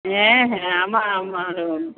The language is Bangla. হ্যাঁ হ্যাঁ আমার আমার